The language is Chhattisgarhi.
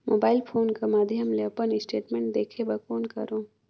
मोबाइल फोन कर माध्यम ले अपन स्टेटमेंट देखे बर कौन करों?